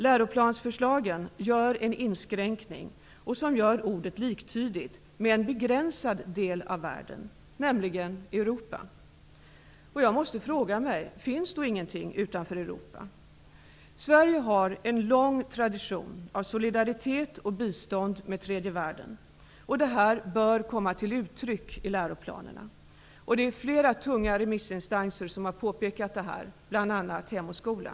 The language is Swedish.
Läroplansförslagen innebär en inskränkning som gör ordet liktydigt med en begränsad del av världen, nämligen Finns då ingenting utanför Europa? Sverige har en lång tradition av solidaritet med och bistånd till tredje världen. Detta bör komma till uttryck i läroplanerna. Det har också flera tunga remissinstanser påpekat, bl.a. Hem och skola.